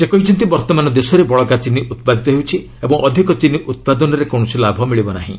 ସେ କହିଛନ୍ତି ବର୍ତ୍ତମାନ ଦେଶରେ ବଳକା ଚିନି ଉତ୍ପାଦିତ ହେଉଛି ଓ ଅଧିକ ଚିନି ଉତ୍ପାଦନରେ କୌଣସି ଲାଭ ମିଳିବ ନାହିଁ